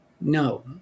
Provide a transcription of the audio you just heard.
No